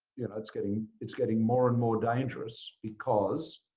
you know it's getting it's getting more and more dangerous because